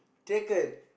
taken